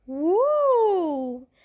Whoa